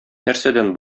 нәрсәдән